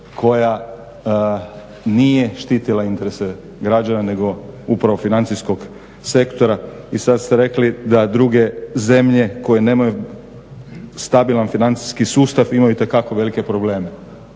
koja nije štitila interese građana nego upravo financijskog sektora. I sad ste rekli da druge zemlje koje nemaju stabilan financijski sustav imaju itekako velike probleme.